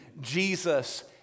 Jesus